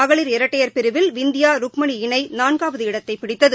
மகளிர் இரட்டையர் பிரிவில் விந்தியா ருக்மணி இணை நான்காவது இடத்தை பிடித்தது